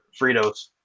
fritos